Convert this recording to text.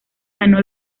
ganó